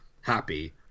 happy